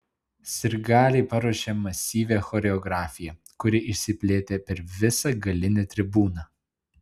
sirgaliai paruošė masyvią choreografiją kuri išsiplėtė per visą galinę tribūną